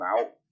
out